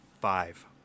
five